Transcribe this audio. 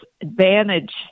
Advantage